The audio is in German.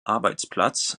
arbeitsplatz